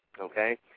okay